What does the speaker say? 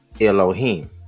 Elohim